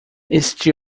este